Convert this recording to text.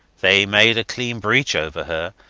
they made a clean breach over her,